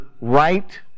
right